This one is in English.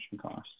costs